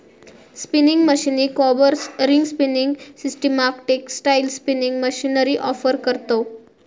spinning मशीनीक combers, ring spinning सिस्टमाक textile spinning machinery offer करतव